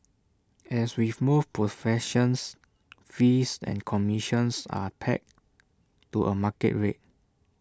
as with most professions fees and commissions are pegged to A market rate